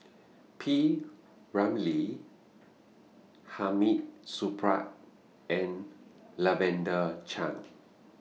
P Ramlee Hamid Supaat and Lavender Chang